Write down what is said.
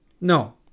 no